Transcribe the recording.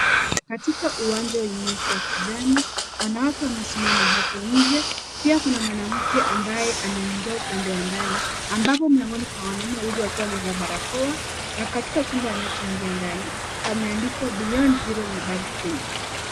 Katika uwanja wa nyasi ya kijani, wanawake wamesimama hapo nje. Pia kuna mwanamke ambaye anaingia upande wa ndani ambapo mlangoni kuna wanaume wawili wakiwa wamevaa barakoa na katika chumba anachoingia ndani, pameandikwa beyond zero mobile clinic .